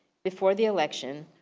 before the election,